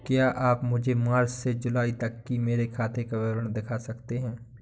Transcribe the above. क्या आप मुझे मार्च से जूलाई तक की मेरे खाता का विवरण दिखा सकते हैं?